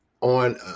on